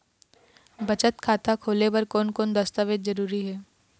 बचत खाता खोले बर कोन कोन दस्तावेज जरूरी हे?